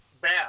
bad